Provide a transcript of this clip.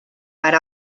per